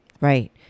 Right